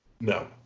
No